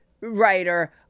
writer